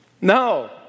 No